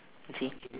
see